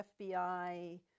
FBI